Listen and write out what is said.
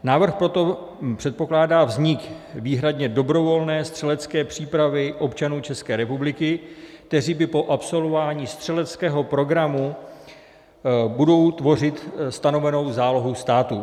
Návrh proto předpokládá vznik výhradně dobrovolné střelecké přípravy občanů České republiky, kteří po absolvování střeleckého programu budou tvořit stanovenou zálohu státu.